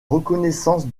reconnaissance